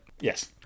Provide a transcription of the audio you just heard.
yes